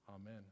Amen